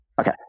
Okay